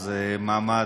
זה מעמד,